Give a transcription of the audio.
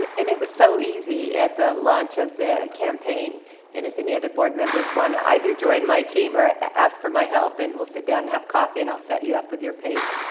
and, and it was so easy at the launch of the campaign and if any other board members want to either join my team or ask for my help and we'll sit down and have coffee and i'll set you up with your page.